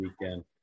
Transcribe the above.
weekend